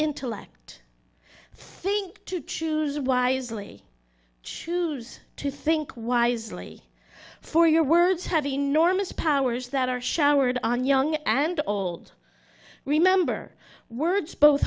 intellect think to choose wisely choose to think wisely for your words have enormous powers that are showered on young and old remember words both